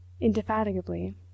indefatigably